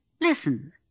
Listen